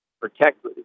protect